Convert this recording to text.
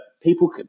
people